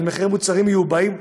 על מחירי מוצרים מיובאים.